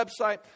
website